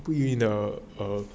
put in a err